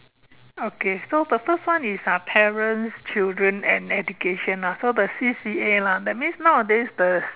okay so the first one is uh parents children and education lah so the C_C_A lah that means nowadays the